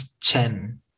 Chen